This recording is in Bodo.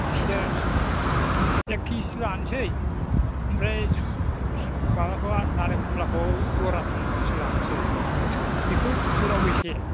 सेर एक केजिसो लानोसै ओमफ्राय माबाखौ नारें खमलाखौ जराथामसो लानोसै बेखौ जराबेसे